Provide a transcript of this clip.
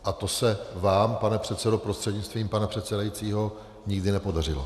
A to se vám, pane předsedo prostřednictvím pana předsedajícího, nikdy nepodařilo.